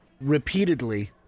Repeatedly